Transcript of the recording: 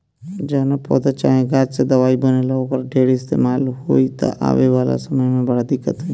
जवना पौधा चाहे गाछ से दवाई बनेला, ओकर ढेर इस्तेमाल होई त आवे वाला समय में बड़ा दिक्कत होई